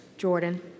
Jordan